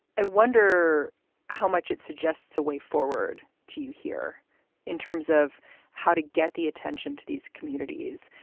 i wonder how much it suggests a way forward to you here in terms of how to get the attention to these communities,